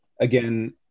again